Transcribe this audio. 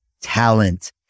talent